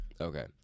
Okay